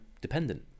dependent